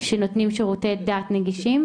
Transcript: שנותנים שירותי דת נגישים,